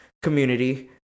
community